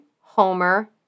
Homer